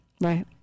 Right